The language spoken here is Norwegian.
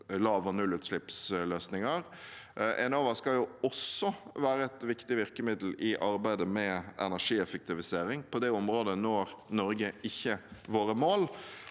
lav- og nullutslippsløsninger. Enova skal også være et viktig virkemiddel i arbeidet med energieffektivisering. På det området når ikke Norge våre mål.